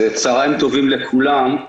צוהריים טובים לכולם.